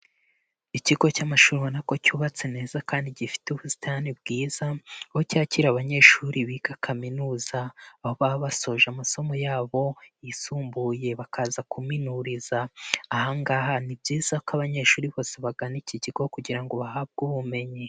Ikigo cy'amashuri ubona ko cyubatse neza kandi gifite ubusitani bwiza aho cyakira abanyeshuri biga kaminuza baba basoje amasomo yabo yisumbuye bakaza kuminuriza aha ngaha, ni byiza ko abanyeshuri bose bagana iki kigo kugira ngo bahabwe ubumenyi.